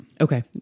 okay